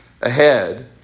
ahead